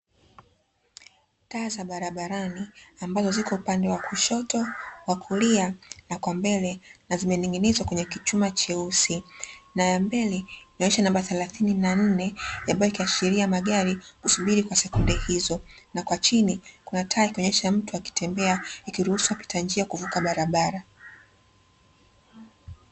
Taa za barabarani ambazo ziko upande wa kushoto, wa kulia na kwa mbele na zimening'inizwa kwenye kichuma cheusi na ya mbele inaonyesha namba thelathini na nne ambayo ikiashiria magari kusubiri kwa sekunde hizo na kwa chini kuna taa ikionyesha mtu akitembea ikiruhusu mpita njia kuvuka barabara.